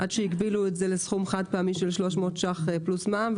עד שהגבילו את זה לסכום חד-פעמי של 300 שקלים פלוס מע"מ,